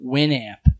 Winamp